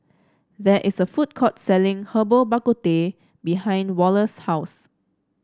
there is a food court selling Herbal Bak Ku Teh behind Wallace's house